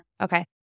Okay